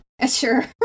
Sure